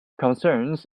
concerns